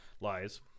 lies